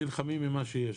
נלחמים עם מה שיש,